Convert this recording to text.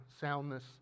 soundness